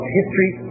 history